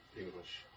English